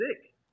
sick